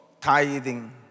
tithing